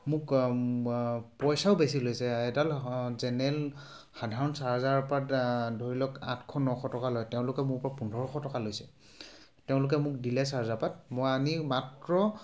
মোক পইচাও বেছি লৈছে এডাল জেনেৰেল সাধাৰণ চাৰ্জাৰপাত ধৰি লওক আঠশ নশ টকা লয় তেওঁলোকে মোৰ পৰা পোন্ধৰশ টকা লৈছে তেওঁলোকে মোক দিলে চাৰ্জাৰপাত মই আনি মাত্ৰ